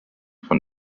von